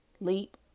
leap